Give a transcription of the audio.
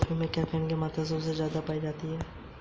इस ऋण अनुरोध का उद्देश्य क्या है?